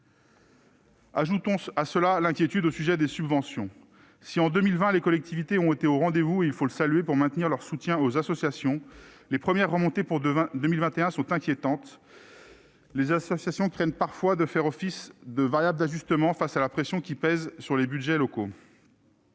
Ajoutons à cela l'inquiétude au sujet des subventions. Si, en 2020, les collectivités ont été au rendez-vous pour maintenir leur soutien aux associations- il faut le saluer -, les premières remontées pour 2021 sont inquiétantes : les associations craignent parfois de faire office de variable d'ajustement face à la pression qui pèse sur les budgets locaux.